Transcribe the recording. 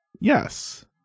Yes